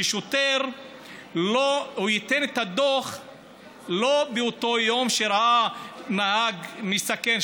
ששוטר לא ייתן את הדוח באותו יום שהוא ראה נהג מסכן,